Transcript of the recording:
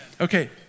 Okay